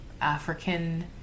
African